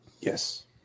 Yes